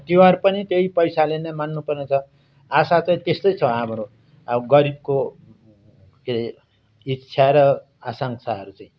तिहार पनि त्यही पैसाले नै मान्नु पर्ने छ आशा चाहिँ त्यस्तै छ हाम्रो अब गरिबको के इच्छा र आकाङ्क्षाहरू चाहिँ